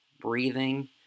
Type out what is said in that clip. breathing